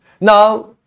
Now